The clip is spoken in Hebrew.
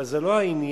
אבל זה לא העניין